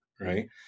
right